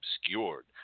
obscured